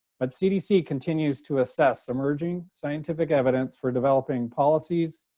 but cdc continues to assess emerging scientific evidence for developing policies,